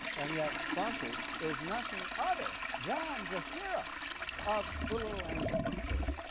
and yet bumpy is nothing other than the hero of the little engine that could,